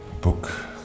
book